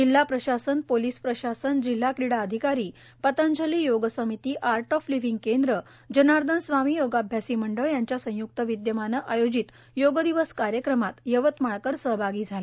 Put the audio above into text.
जिल्हा प्रशासनए पोलिस प्रशासनए जिल्हा क्रीडा अधिकारीए पतंजली योग समितीए आर्ट ऑफ लिव्हींग केंद्रए जनार्दन स्वामी योगाभ्यासी मंडळ यांच्या संय्क्त विद्यमानं आयोजित योगदिवस कार्यक्रमात यवतमाळकर सहभागी झाले